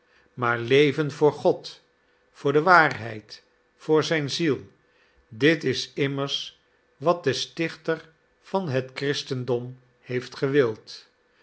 maar leven voor god voor de waarheid voor zijn ziel dit is immers wat de stichter van het christendom heeft gewild